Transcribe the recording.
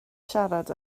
siarad